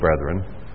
brethren